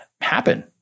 happen